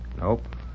Nope